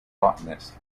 botanist